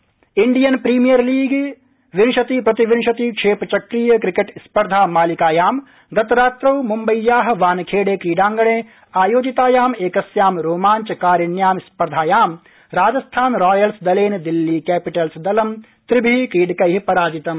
IPL Indian Premier League विंशति प्रति विंशति क्षेप चक्रीय क्रिकेट् स्पर्धा मालिकायां गतरात्रौ मुम्बय्याः वानखेड़े क्रीडांगणे आयोजितायाम् एकस्यां रोमाञ्चकारिण्यां स्पर्धायां राजस्थान रॉयल्स् दलेन दिल्ली कैपिटल्स् दलं त्रिभिः क्रीडकैः पराजितम्